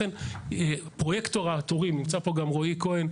לכן, פרויקטור התורים ונמצא פה גם רועי כהן,